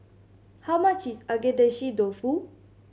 how much is Agedashi Dofu